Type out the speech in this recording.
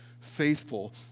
faithful